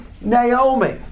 Naomi